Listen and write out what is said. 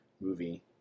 movie